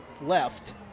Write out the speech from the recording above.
left